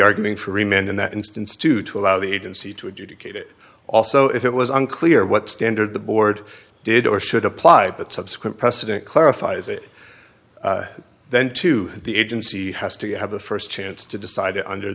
arguing for remained in that instance to to allow the agency to adjudicate also if it was unclear what standard the board did or should apply but subsequent precedent clarifies it then to the agency has to have a first chance to decide under